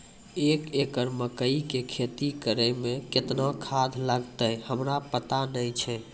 एक एकरऽ मकई के खेती करै मे केतना खाद लागतै हमरा पता नैय छै?